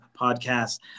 podcast